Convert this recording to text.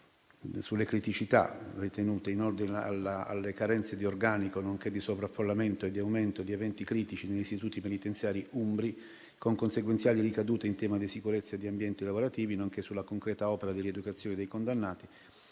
sulle criticità in ordine alle carenze di organico, nonché di sovraffollamento e di aumento di eventi critici negli istituti penitenziari umbri, con conseguenziali ricadute in tema di sicurezza e negli ambienti lavorativi, nonché sulla concreta opera di rieducazione dei condannati,